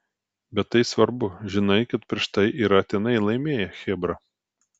bet tai svarbu žinai kad prieš tai yra tenai laimėję chebra